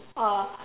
orh